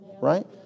right